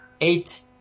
eight